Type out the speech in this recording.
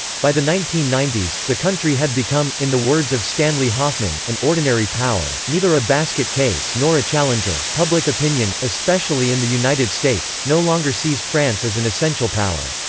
by the nineteen ninety s, the country had become, in the words of stanley hoffmann, an ordinary power, neither a basket case nor a challenger. public opinion, especially in the united states, no longer sees france as an essential power.